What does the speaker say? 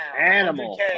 Animal